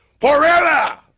forever